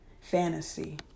fantasy